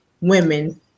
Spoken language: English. women